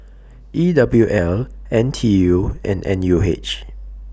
E W L N T U and N U H